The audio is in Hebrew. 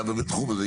מחצבות,